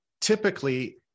Typically